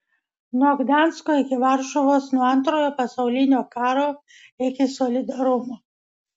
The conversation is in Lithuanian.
nuo gdansko iki varšuvos nuo antrojo pasaulinio karo iki solidarumo